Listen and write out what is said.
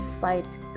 fight